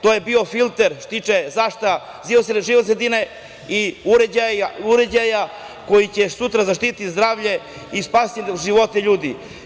To je bio filter što se tiče zaštite životne sredine i uređaja koji će sutra zaštiti zdravlje i spasiti živote ljudi.